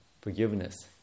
forgiveness